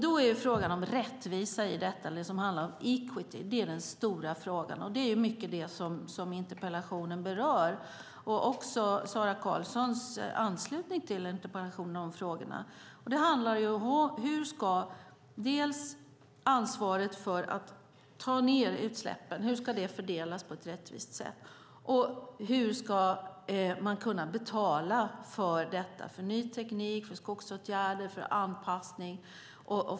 Då är frågan om rättvisa i detta, det som handlar om equity, den stora frågan, och det är mycket det som interpellationen berör och som också Sara Karlssons frågor ansluter till. Det handlar dels om hur ansvaret för att ta ned utsläppen ska fördelas på ett rättvist sätt, dels om hur man ska kunna betala för hantering av ny teknik, skogsåtgärder och anpassning.